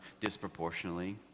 disproportionately